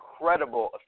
incredible